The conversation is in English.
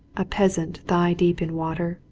a peasant, thigh deep in water,